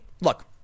look